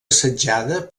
assetjada